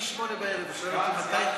לא,